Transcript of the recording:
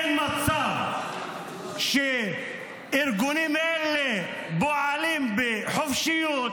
אין מצב שארגונים אלה פועלים בחופשיות